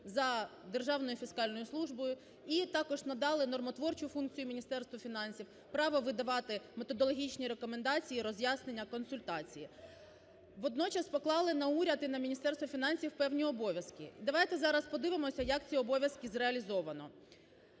за Державною фіскальною службою, і також надали нормотворчу функцію Міністерству фінансів, право видавати методологічні рекомендації, роз'яснення, консультації. Водночас поклали на уряд і на Міністерство фінансів певні обов'язки. Давайте зараз подивимося, як ці обов'язки зреалізовано.